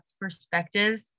perspective